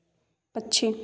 पक्षी